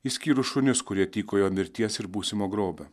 išskyrus šunis kurie tykojo mirties ir būsimo grobio